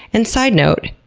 and side note,